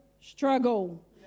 struggle